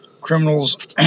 Criminals